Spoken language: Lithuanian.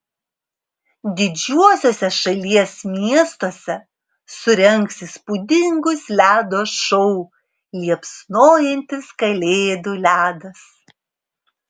didžiuosiuose šalies miestuose surengs įspūdingus ledo šou liepsnojantis kalėdų ledas